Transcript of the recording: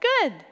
good